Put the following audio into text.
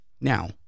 Now